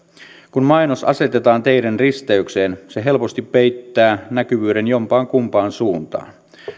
kun mainos asetetaan teiden risteykseen se helposti peittää näkyvyyden jompaankumpaan suuntaan